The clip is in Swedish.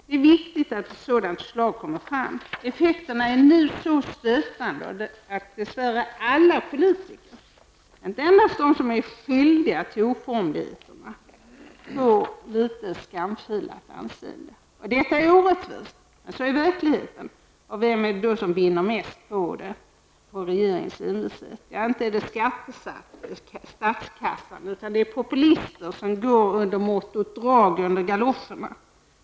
Det är viktigt att ett sådant förslag kommer fram. Effekterna är nu så stötande att dess värre alla politiker -- inte endast de som är skyldiga till oformligheterna -- får litet skamfilat anseende. Detta är orättvist, men så är verkligheten. Vem är det då som vinner mest på regeringens envishet? Inte är det statskassan, utan det är populister som går under mottot ''drag under galoscherna''.